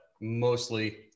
mostly